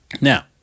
Now